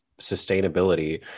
sustainability